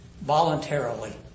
voluntarily